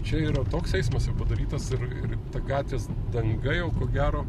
čia yra toks eismas jau padarytas ir ir ta gatvės danga jau ko gero